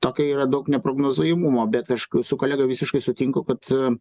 tokio yra daug neprognozuojamumo bet aš su kolega visiškai sutinku kad